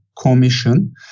commission